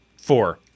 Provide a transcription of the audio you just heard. four